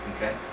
Okay